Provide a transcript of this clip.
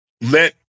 let